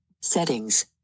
Settings